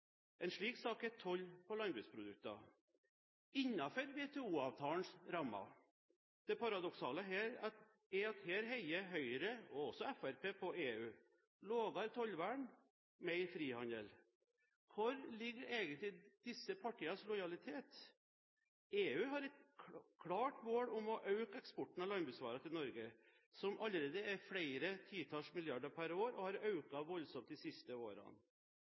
En slik sak er toll på landbruksprodukter – innenfor WTO-avtalens rammer. Det paradoksale er at her heier Høyre og også Fremskrittspartiet på EU – lavere tollvern, mer frihandel. Hvor ligger egentlig disse partienes lojalitet? EU har et klart mål om å øke eksporten av landbruksvarer til Norge, som allerede er flere titalls milliarder per år, og som har økt voldsomt de siste årene.